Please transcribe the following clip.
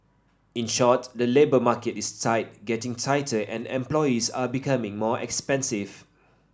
in short the labour market is tight getting tighter and employees are becoming more expensive